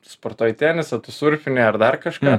sportuoji tenisą tu surfini ar dar kažką